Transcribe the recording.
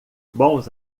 bons